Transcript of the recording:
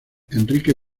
enrique